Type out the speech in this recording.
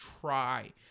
try